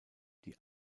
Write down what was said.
die